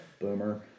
boomer